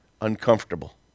uncomfortable